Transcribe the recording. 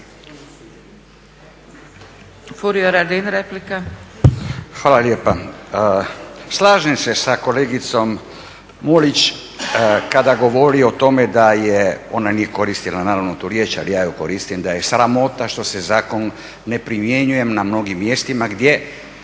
Hvala lijepa. Slažem se sa kolegicom Mulić kada govori o tome da je, ona nije koristila naravno tu riječ, ali ja ju koristim, da je sramota što se zakon ne primjenjuje na mnogim mjestima gdje